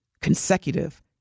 consecutive